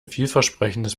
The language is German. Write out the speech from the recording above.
vielversprechendes